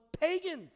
pagans